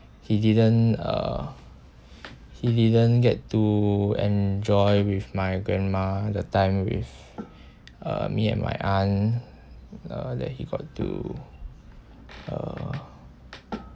he didn't uh he didn't get to enjoy with my grandma the time with uh me and my aunt uh that he got to uh